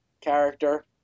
character